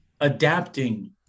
adapting